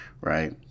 right